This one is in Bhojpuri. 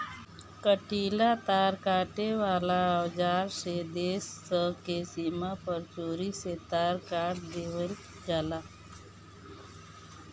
कंटीला तार काटे वाला औज़ार से देश स के सीमा पर चोरी से तार काट देवेल जाला